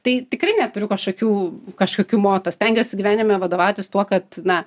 tai tikrai neturiu kažkokių kažkokių moto stengiuosi gyvenime vadovautis tuo kad na